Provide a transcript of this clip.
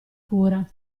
cura